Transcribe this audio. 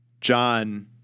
John